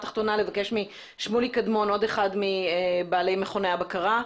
שמוליק אדמון, בעל מכון בקרה,